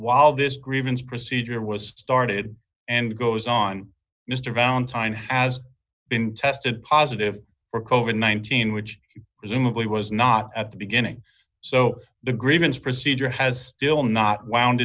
while this grievance procedure was started and goes on mr valentine has been tested positive for kovan nineteen which is unlikely was not at the beginning so the grievance procedure has still not woun